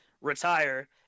retire